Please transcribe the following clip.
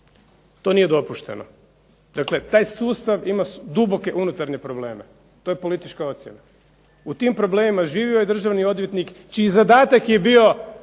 To nije dopušteno. Dakle, taj sustav ima duboke unutarnje probleme to je politička ocjena. U tim problemima živio je državni odvjetnik čiji zadatak je bio